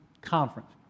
Conference